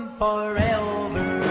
forever